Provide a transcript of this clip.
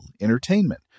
entertainment